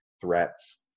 threats